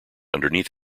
underneath